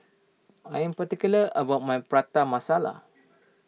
I am particular about my Prata Masala